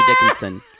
Dickinson